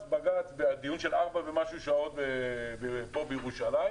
אז בבג"צ, בדיון של ארבע ומשהו שעות כאן בירושלים,